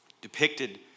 depicted